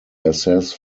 assess